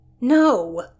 No